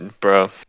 Bro